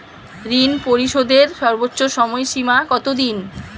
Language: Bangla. ঋণ পরিশোধের সর্বোচ্চ সময় সীমা কত দিন?